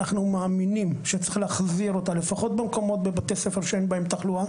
אנחנו מאמינים שצריך להחזיר אותה לפחות בבתי ספר שאין בהם תחלואה.